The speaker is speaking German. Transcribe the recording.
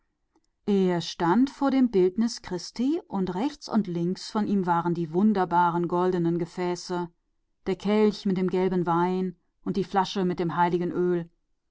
er stand vor dem bildnis christi und zu seiner rechten und zu seiner linken standen die herrlichen goldgefäße der kelch mit dem gelben wein und die phiole mit dem heiligen öl